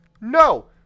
No